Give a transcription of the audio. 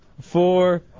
four